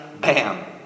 bam